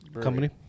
company